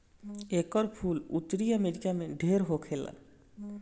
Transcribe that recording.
एकर फूल उत्तरी अमेरिका में ढेर होखेला